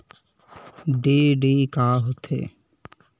DD का होथे?